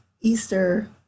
easter